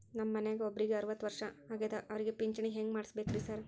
ನಮ್ ಮನ್ಯಾಗ ಒಬ್ರಿಗೆ ಅರವತ್ತ ವರ್ಷ ಆಗ್ಯಾದ ಅವ್ರಿಗೆ ಪಿಂಚಿಣಿ ಹೆಂಗ್ ಮಾಡ್ಸಬೇಕ್ರಿ ಸಾರ್?